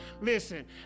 Listen